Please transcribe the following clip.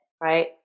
right